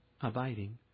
abiding